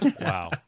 Wow